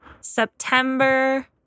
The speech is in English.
September